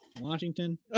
Washington